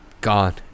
Gone